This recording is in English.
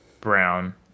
Brown